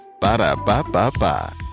Ba-da-ba-ba-ba